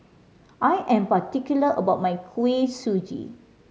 I am particular about my Kuih Suji